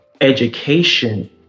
education